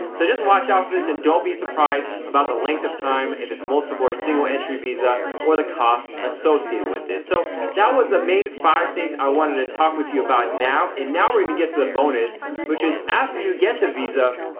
so just watch out for this and don't be surprised about the length of time, if it's multiple or single-entry visa or the cost associated with it. so that was the main five things i wanted to talk with you about now, and now we're gonna get to the bonus which is after you get the visa.